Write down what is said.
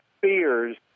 fears